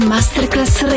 Masterclass